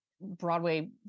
Broadway